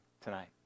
tonight